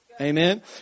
Amen